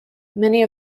many